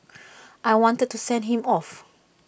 I wanted to send him off